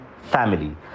family